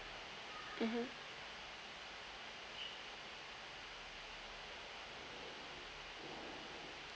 mmhmm